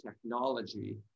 technology